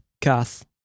Kath